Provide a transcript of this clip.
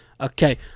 Okay